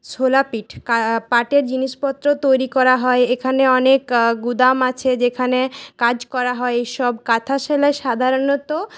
সোলাপিঠ পাটের জিনিসপত্র তৈরি করা হয় এখানে অনেক গুদাম আছে যেখানে কাজ করা হয় এইসব কাঁথা সেলাই সাধারণত